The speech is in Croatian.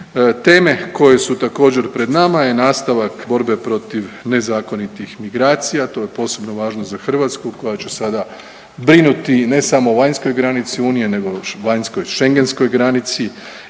Teme koje su također pred nama je nastavak borbe protiv nezakonitih migracija, a to je posebno važno za Hrvatsku koja će sada brinuti ne samo o vanjskoj granici Unije nego još i o vanjskoj schengentskoj granici